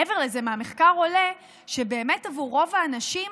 מעבר לזה, מהמחקר עולה שבאמת עבור רוב האנשים,